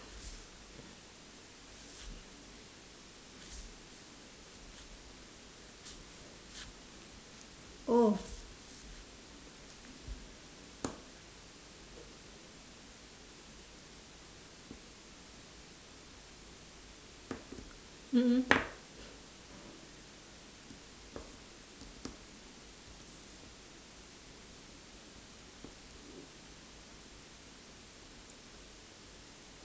oh mm